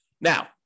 now